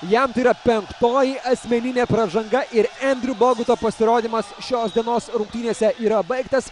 jam tai yra penktoji asmeninė pražanga ir endriu boguto pasirodymas šios dienos rungtynėse yra baigtas